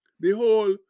Behold